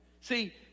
see